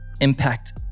impact